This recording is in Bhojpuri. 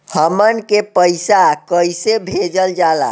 हमन के पईसा कइसे भेजल जाला?